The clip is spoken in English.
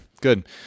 good